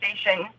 station